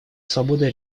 свободы